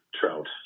trout